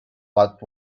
what